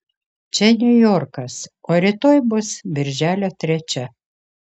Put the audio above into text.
čia niujorkas o rytoj bus birželio trečia